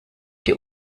die